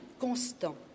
constant